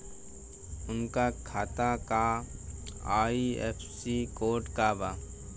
उनका खाता का आई.एफ.एस.सी कोड का बा?